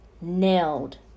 nailed